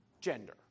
gender